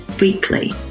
weekly